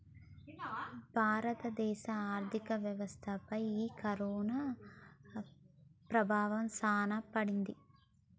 భారత దేశ ఆర్థిక వ్యవస్థ పై ఈ కరోనా ప్రభావం సాన పడింది